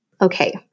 Okay